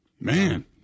Man